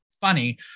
funny